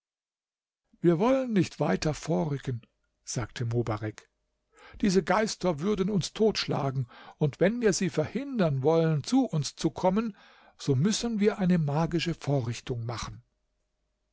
wir wollen nicht weiter vorrücken sagte mobarek diese geister würden uns totschlagen und wenn wir sie verhindern wollen zu uns zu kommen so müssen wir eine magische vorrichtung machen